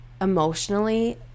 emotionally